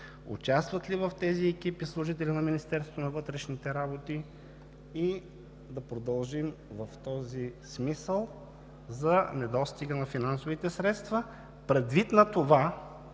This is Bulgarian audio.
Участват ли в тези екипи служители на Министерството на вътрешните работи? Да продължим в този смисъл за недостига на финансовите средства, предвид на това,